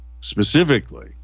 specifically